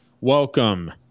welcome